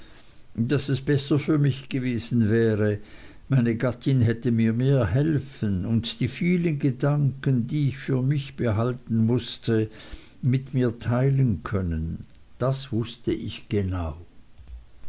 daß es besser für mich gewesen wäre meine gattin hätte mir mehr helfen und die vielen gedanken die ich für mich behalten mußte mit mir teilen können das wußte ich genau